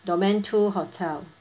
domain two hotel